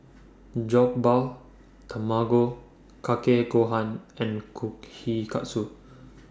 Jokbal Tamago Kake Gohan and Kushikatsu